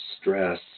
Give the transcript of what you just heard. stress